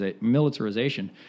militarization